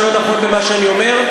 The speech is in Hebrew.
משהו לא נכון במה שאני אומר?